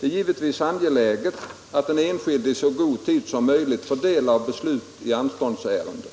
Det är givetvis angeläget att den enskilde i så god tid som möjligt får del av beslut i anståndsärende.